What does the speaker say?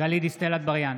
גלית דיסטל אטבריאן,